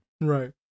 Right